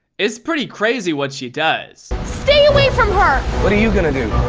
it's pretty crazy what she does. stay away from her! what are you gonna do?